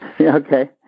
Okay